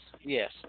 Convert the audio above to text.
Yes